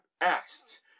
asked